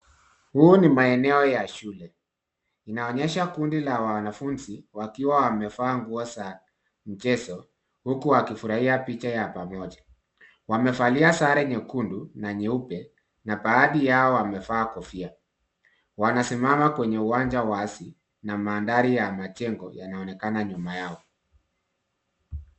Huu ni maeneo ya shule. Inaonyesha kundi la wanafunzi, wakiwa wamevaa nguo za mchezo, huku wakifurahia picha ya pamoja. Wamevalia sare nyekundu na nyeupe, na baadhi yao wamevaa kofia. Wanasimama kwenye uwanja wazi, na mandhari ya majengo, yanaonekana nyuma yao.